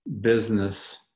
business